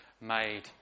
made